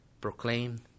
proclaim